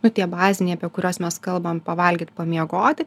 nu tie baziniai apie kuriuos mes kalbam pavalgyt pamiegoti